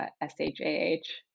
S-H-A-H